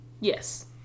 Yes